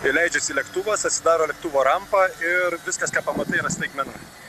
kai leidžiasi lėktuvas atsidaro lėktuvo rampa ir viskas ką pamatai yra staigmena